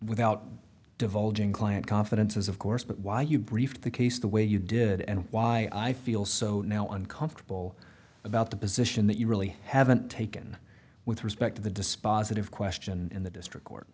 without divulging client confidences of course but why you brief the case the way you did and why i feel so now uncomfortable about the position that you really haven't taken with respect to the dispositive question in the district court